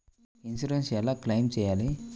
Insurance ఎలా claim చేయాలి?